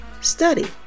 study